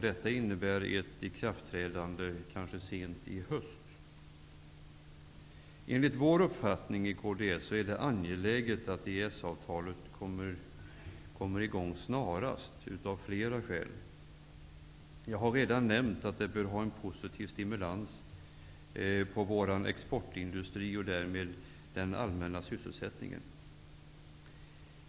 Detta innebär ett ikraftträdande kanske sent i höst. Enligt kds uppfattning är det angeläget att EES avtalet träder i kraft snarast, av flera skäl. Jag har redan nämnt att det bör ha en positiv stimulans på vår exportindustri och därmed på den allmänna sysselsättningen.